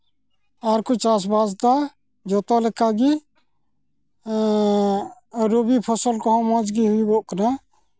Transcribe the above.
ᱟᱨ ᱠᱚ ᱪᱟᱥᱼᱵᱟᱥᱫᱟ ᱡᱚᱛᱚ ᱞᱮᱠᱟᱜᱮ ᱨᱚᱵᱤ ᱯᱷᱚᱥᱚᱞ ᱠᱚᱦᱚᱸ ᱢᱚᱡᱽ ᱜᱮ ᱦᱩᱭᱩᱜᱚᱜ ᱠᱟᱱᱟ